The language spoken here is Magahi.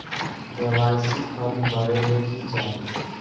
के.वाई.सी फॉर्म भरे ले कि चाही?